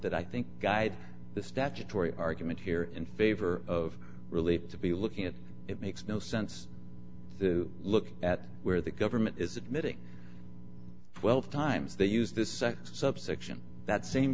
that i think guide the statutory argument here in favor of relief to be looking at it makes no sense to look at where the government is admitting twelve times that use the sex subsection that same